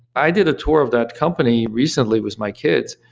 i did a tour of that company recently with my kids.